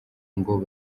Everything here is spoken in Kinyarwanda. ngo